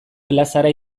plazara